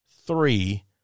three